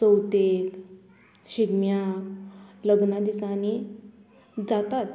चवथेक शिगम्याक लग्ना दिसांनी जातात